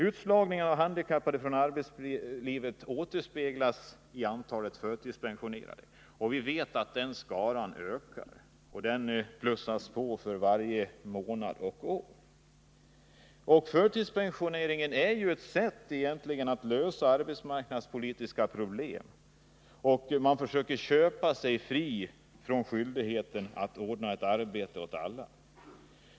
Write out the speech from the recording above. Utslagningen av handikappade från arbetslivet avspeglar sig direkt i antalet förtidspensionerade. Vi vet att den skaran ökar — den plussas på för varje månad och år. Förtidspensioneringen har blivit ett sätt att lösa arbetsmarknadspolitiska problem. Man försöker därigenom köpa sig fri från skyldigheten att ordna arbete åt alla.